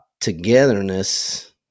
togetherness